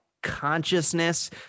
Consciousness